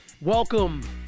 Welcome